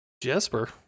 Jesper